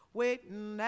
waiting